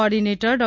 ઓર્ડિનેટર ડો